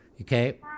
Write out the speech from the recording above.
okay